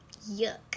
Yuck